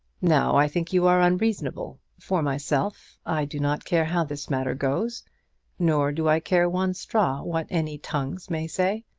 now i think you are unreasonable. for myself, i do not care how this matter goes nor do i care one straw what any tongues may say.